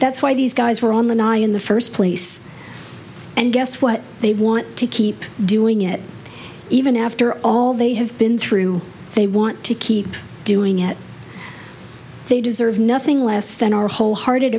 that's why these guys were on the nih in the first place and guess what they want to keep doing it even after all they have been through they want to keep doing it they deserve nothing less than our whole hearted